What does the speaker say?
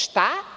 Šta?